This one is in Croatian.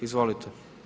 Izvolite.